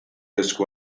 esku